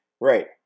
right